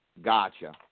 Gotcha